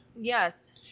Yes